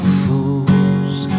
fools